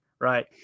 right